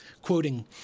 quoting